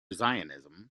zionism